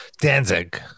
Danzig